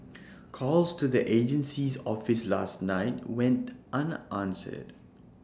calls to the agency's office last night went unanswered